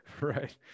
Right